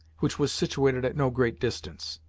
which was situated at no great distance.